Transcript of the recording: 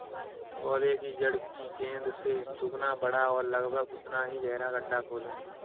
पौधे की जड़ की गेंद से दोगुना बड़ा और लगभग उतना ही गहरा गड्ढा खोदें